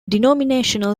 denominational